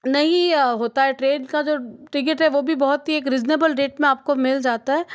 नहीं होता है ट्रेन का जो टिकट है वह भी बहुत ही एक रीज़नेबल रेट में आपको मिल जाता है